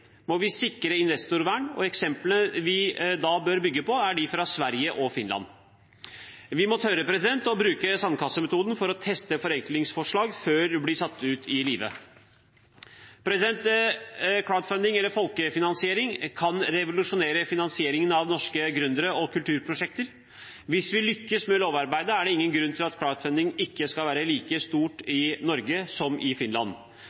må vi sikre investorvern, og eksemplene vi da bør bygge på, er de fra Sverige og Finland. Vi må tørre å bruke sandkassemetoden for å teste forenklingsforslag før de blir satt ut i livet. Crowdfunding, eller folkefinansiering, kan revolusjonere finansieringen av norske gründere og kulturprosjekter. Hvis vi lykkes med lovarbeidet, er det ingen grunn til at crowdfunding ikke skal være like stort i Norge som i Finland.